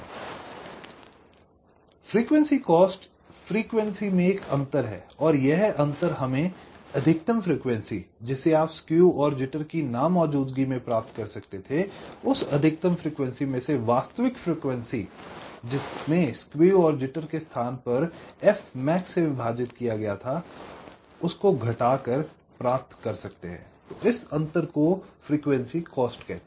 यह फ्रीक्वेंसी में अंतर है जो हमें अधिकतम फ्रीक्वेंसी जिसे आप स्केव और जिटर की नामौजूदगी में प्राप्त कर सकते थे में से वास्तविक फ्रीक्वेंसी को घटाकर जिसमे स्केव और जिटर के स्थान पर f max से विभाजित किया गया था प्रापत किया गया है